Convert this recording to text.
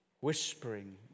whispering